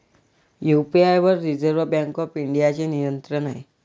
UPI वर reserve bank of इंडियाचे नियंत्रण आहे